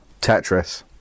Tetris